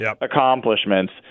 accomplishments